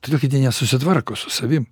todėl kad jie nesusitvarko su savim